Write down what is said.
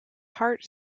heart